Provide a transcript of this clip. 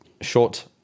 short